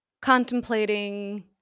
contemplating